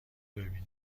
ببینی